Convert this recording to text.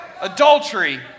Adultery